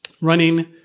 running